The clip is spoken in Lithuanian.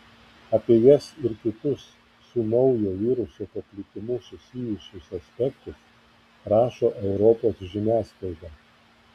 apie jas ir kitus su naujo viruso paplitimu susijusius aspektus rašo europos žiniasklaida